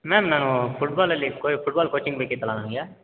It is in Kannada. ಮ್ಯಾಮ್ ನಾನು ಫುಟ್ಬಾಲಲ್ಲಿ ಕೊ ಫುಟ್ಬಾಲ್ ಕೋಚಿಂಗ್ ಬೇಕಿತ್ತಲ್ಲ ನನಗೆ